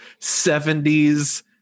70s